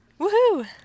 Woohoo